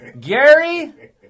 Gary